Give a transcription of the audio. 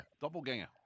Doppelganger